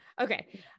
Okay